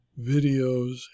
videos